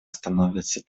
становятся